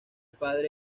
padre